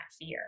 fear